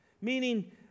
Meaning